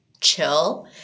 chill